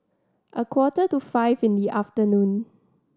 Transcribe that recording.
a quarter to five in the afternoon